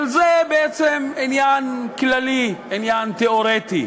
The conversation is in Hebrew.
זה עניין כללי, עניין תיאורטי,